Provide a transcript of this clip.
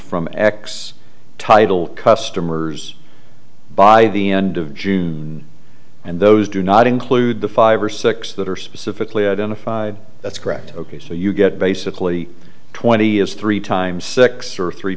from x title customers by the end of june and those do not include the five or six that are specifically identified that's correct ok so you get basically twenty is three times six or three